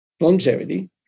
Longevity